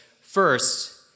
first